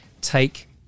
take